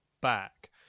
back